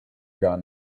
gar